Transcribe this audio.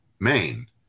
maine